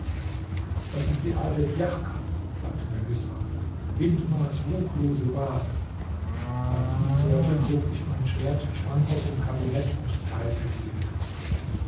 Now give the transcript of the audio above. das ist die alte djachka sagte mir misram hindmars ruchlose base als ich dies hörte zog ich mein schwert sprang aus dem kabinett und teilte sie entzwei